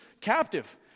captive